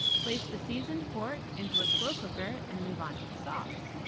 place the seasoned pork into a slow cooker and move on to the sauce.